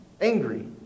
angry